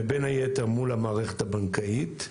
ובין היתר מול המערכת הבנקאית,